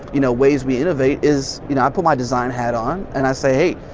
you know, ways we innovate is you know i put my design hat on and i say, hey,